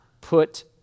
put